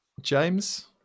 James